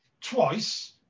twice